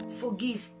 forgive